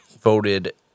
voted